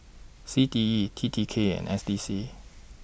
C T E T T K and S D C